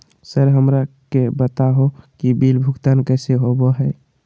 Sir हमरा के बता हो कि बिल भुगतान कैसे होबो है?